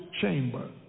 chamber